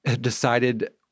decided